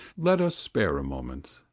let us spare a moment,